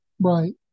Right